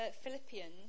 Philippians